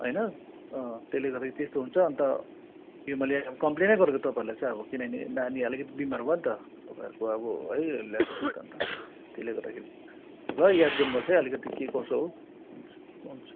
होइन त्यसलेगर्दाखेरि त्यस्तो हुन्छ अन्त यो मैले कम्पेलेनै गरेको तपाईँहरूलाई चाहिँ अब किनभने नानी अलिकति बिमार भयो नि त तपाईँहरूको अब है ल्याएको दुध अन्त त्यसले गर्दाखेरि ल याद गर्नुपर्छ है अलिकति के कसो हो हुन्छ हुन्छ